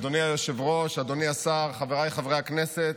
אדוני היושב-ראש, אדוני השר, חבריי חברי הכנסת,